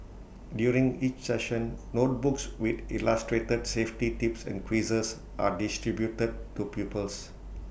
during each session notebooks with illustrated safety tips and quizzes are distributed to pupils